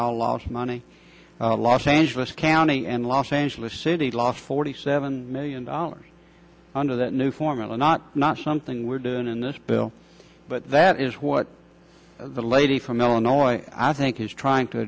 all lost money los angeles county and los angeles city lost forty seven million dollars under that new formula not not something we're doing in this bill but that is what the lady from illinois i think is trying to